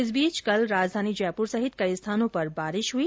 इस बीच कल राजधानी जयपुर सहित कई स्थानों पर बारिश हुई